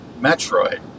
Metroid